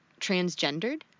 transgendered